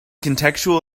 contextual